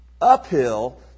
uphill